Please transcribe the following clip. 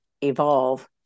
evolve